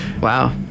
Wow